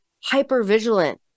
hyper-vigilant